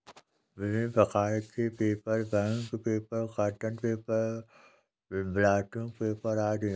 विभिन्न प्रकार के paper, bank paper, cotton paper, blotting paper आदि हैं